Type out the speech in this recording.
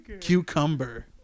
cucumber